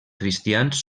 cristians